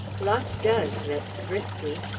lots does that's thrifty.